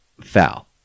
foul